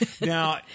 Now